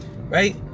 right